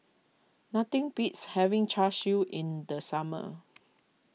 nothing beats having Char Siu in the summer